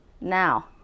Now